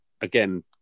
again